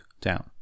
down